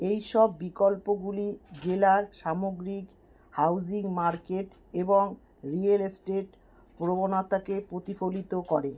এইসব বিকল্পগুলি জেলার সামগ্রিক হাউজিং মার্কেট এবং রিয়েল এস্টেট প্রবণতাকে প্রতিফলিত করে